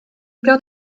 got